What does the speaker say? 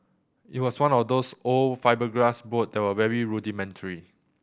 it was one of those old fibreglass boat that were very rudimentary